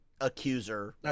accuser